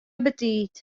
betiid